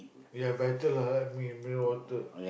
ya better lah I like mi~ mineral water